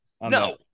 No